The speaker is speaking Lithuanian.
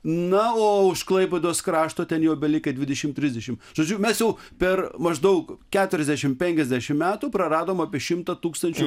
na o už klaipėdos krašto ten jau belikę dvidešimt trisdešimt žodžiu mes jau per maždaug keturiasdešimt penkiasdešimt metų praradom apie šimtą tūkstančių